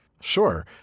Sure